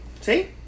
See